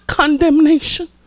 condemnation